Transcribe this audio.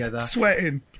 sweating